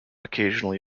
occasionally